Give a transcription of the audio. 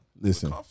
Listen